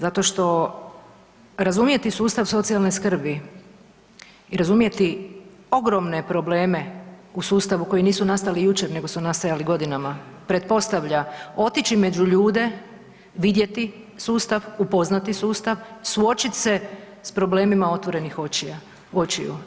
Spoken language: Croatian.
Zato što razumjeti sustav socijalne skrbi i razumjeti ogromne probleme u sustavu koji nisu nastali jučer nego su nastajali godinama, pretpostavlja otići među ljude, vidjeti sustav, upoznati sustav, suočit se s problemima otvorenih očija, očiju.